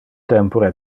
tempore